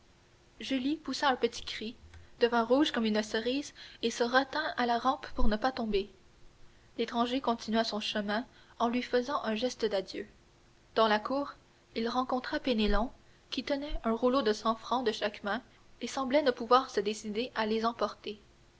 julie poussa un petit cri devint rouge comme une cerise et se retint à la rampe pour ne pas tomber l'étranger continua son chemin en lui faisant un geste d'adieu dans la cour il rencontra penelon qui tenait un rouleau de cent francs de chaque main et semblait ne pouvoir se décider à les emporter